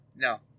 No